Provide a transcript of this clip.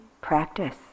practice